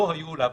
להבנתי,